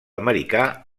americà